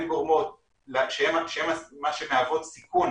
שהן מה שמהוות סיכון